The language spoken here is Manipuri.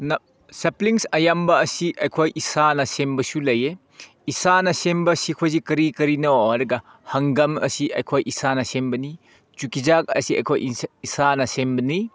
ꯁꯦꯞꯄ꯭ꯂꯤꯡꯁ ꯑꯌꯥꯝꯕ ꯑꯁꯤ ꯑꯩꯈꯣꯏ ꯏꯁꯥꯅ ꯁꯦꯝꯕꯁꯨ ꯂꯩꯌꯦ ꯏꯁꯥꯅ ꯁꯦꯝꯕꯁꯤ ꯑꯩꯈꯣꯏꯁꯤ ꯀꯔꯤ ꯀꯔꯤꯅꯣ ꯍꯥꯏꯔꯒ ꯍꯪꯒꯥꯝ ꯑꯁꯤ ꯑꯩꯈꯣꯏ ꯏꯁꯥꯅ ꯁꯦꯝꯕꯅꯤ ꯆꯨꯖꯥꯛ ꯑꯁꯤ ꯑꯩꯈꯣꯏ ꯏꯁꯥꯅ ꯁꯦꯝꯕꯅꯤ